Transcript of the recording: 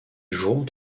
joueront